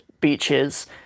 Beaches